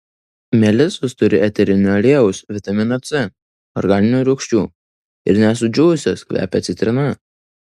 melisos turi eterinio aliejaus vitamino c organinių rūgščių ir net sudžiūvusios kvepia citrina